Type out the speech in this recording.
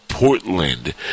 Portland